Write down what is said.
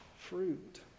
fruit